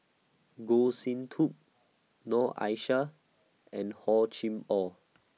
Goh Sin Tub Noor Aishah and Hor Chim Or